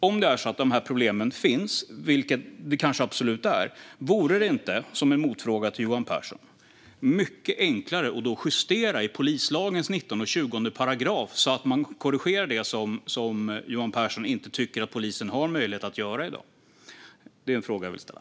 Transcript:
Låt oss säga att dessa problem finns, vilket de kanske absolut gör. Vore det då inte, som en motfråga till Johan Pehrson, mycket enklare att justera i polislagens 19 och 20 § så att man korrigerar när det gäller det som Johan Pehrson inte tycker att polisen har möjlighet att göra i dag? Det är en fråga jag vill ställa.